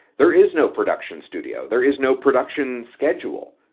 there is no production studio. there is no production schedule.